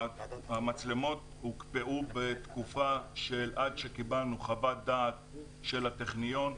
המצלמות הוקפאו בתקופה עד שקיבלנו חוות דעת של הטכניון.